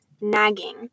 nagging